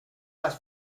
las